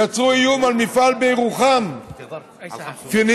יצרו איום על מפעל בירוחם, פניציה,